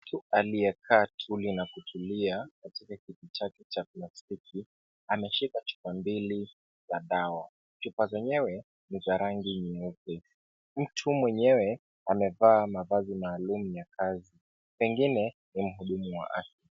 Mtu aliyekaa chini na kutulia katika kiti chake cha plastiki ameshika chupa za dawa. Chupa zenyewe ni za rangi nyeusi. Mtu mwenyewe amevaa mavazi ya kazi. Pengine ni mhudumu wa afya.